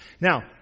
Now